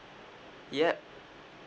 yup